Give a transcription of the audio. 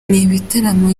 ibitaramo